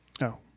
No